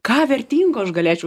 ką vertingo aš galėčiau